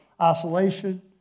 isolation